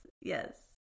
Yes